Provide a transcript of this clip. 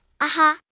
Aha